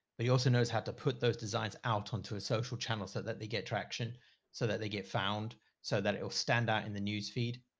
but he also knows how to put those designs out onto his social channels so that they get traction so that they get found so that it will stand out in the newsfeed.